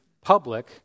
public